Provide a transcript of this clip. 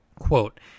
Quote